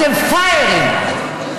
אתם פראיירים.